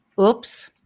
Oops